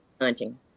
hunting